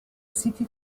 siti